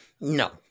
No